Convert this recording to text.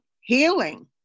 healing